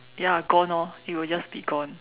ya gone orh it will just be gone